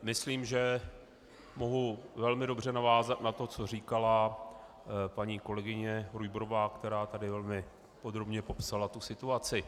Myslím, že mohu velmi dobře navázat na to, co říkala paní kolegyně Rujbrová, která tady velmi podrobně popsala situaci.